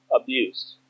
abuse